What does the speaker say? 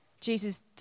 Jesus